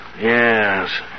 Yes